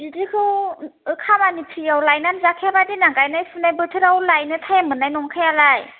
बिदिखौ खामानि फ्रिआव लायनानै जाखायाबा देनां गाइनाय फुनाय बोथोराव लायनो टाइम मोननाय नंखायालाय